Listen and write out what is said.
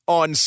on